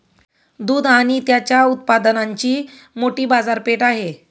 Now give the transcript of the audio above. दूध आणि त्याच्या उत्पादनांची मोठी बाजारपेठ आहे